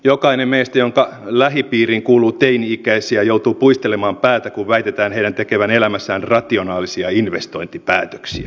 jokainen meistä jonka lähipiiriin kuuluu teini ikäisiä joutuu puistelemaan päätään kun väitetään heidän tekevän elämässään rationaalisia investointipäätöksiä